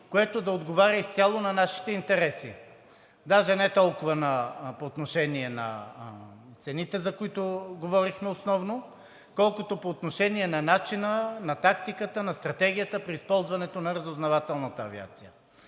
което да отговаря изцяло на нашите интереси – даже не толкова по отношение на цените, за които говорихме основно, колкото по отношение на начина, на тактиката, на стратегията при използването на разузнавателната авиация.